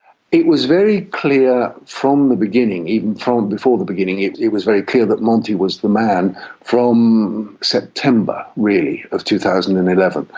it was very clear from the beginning, even before the beginning it it was very clear that monti was the man from september really of two thousand and eleven.